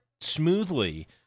smoothly